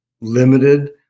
limited